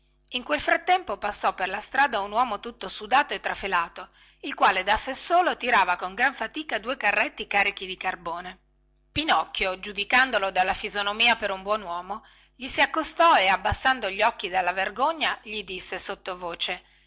in quel frattempo passò per la strada un uomo tutto sudato e trafelato il quale da sé tirava con gran fatica due carretti carichi di carbone pinocchio giudicandolo dalla fisonomia per un buon uomo gli si accostò e abbassando gli occhi dalla vergogna gli disse sottovoce